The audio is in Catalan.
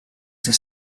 ser